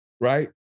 Right